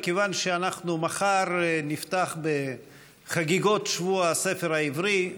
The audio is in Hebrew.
מכיוון שמחר נפתח בחגיגות שבוע הספר העברי,